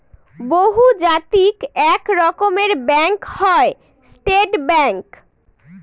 বহুজাতিক এক রকমের ব্যাঙ্ক হয় স্টেট ব্যাঙ্ক